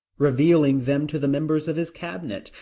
revealing them to the members of his cabinet,